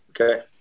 okay